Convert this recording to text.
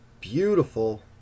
Beautiful